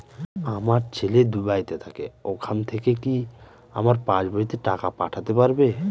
আমার ছেলে দুবাইতে থাকে ওখান থেকে কি আমার পাসবইতে টাকা পাঠাতে পারবে?